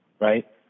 right